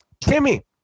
Timmy